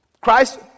Christ